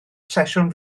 sesiwn